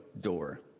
door